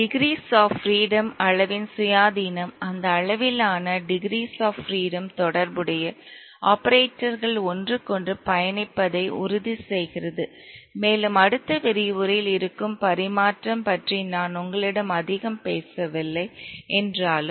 tigris of freedom அளவின் சுயாதீனம் அந்த அளவிலான டிக்ரிஸ் ஆப் ஃப்ரீடம் தொடர்புடைய ஆபரேட்டர்கள் ஒன்றுக்கொன்று பயணிப்பதை உறுதிசெய்கிறது மேலும் அடுத்த விரிவுரையில் இருக்கும் பரிமாற்றம் பற்றி நான் உங்களிடம் அதிகம் பேசவில்லை என்றாலும்